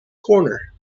corner